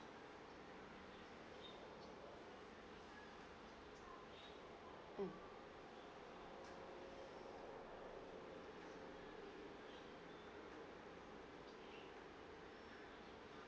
mm